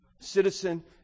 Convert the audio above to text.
citizen